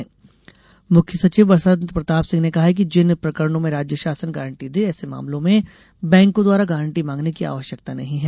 banking बैठक मुख्य सचिव बसंत प्रताप सिंह ने कहा है कि जिन प्रकरणों में राज्य शासन गारंटी दे ऐसे मामलों में बैंकों द्वारा गारंटी मांगने की आवश्यकता नही है